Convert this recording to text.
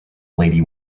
lady